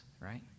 right